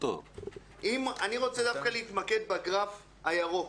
--- אני רוצה דווקא להתמקד בגרף הירוק,